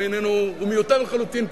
כי הוא מיותר לחלוטין פשוט.